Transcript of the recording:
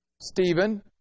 Stephen